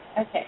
Okay